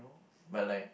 but like